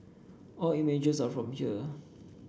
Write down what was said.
all images are from here